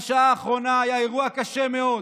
בשעה האחרונה, היה אירוע קשה מאוד.